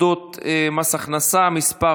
אנחנו עוברים להצעת חוק לתיקון פקודת מס הכנסת (מס'